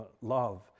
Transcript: love